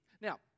Now